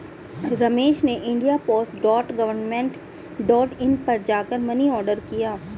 रमेश ने India post dot government dot in पर जा कर मनी ऑर्डर किया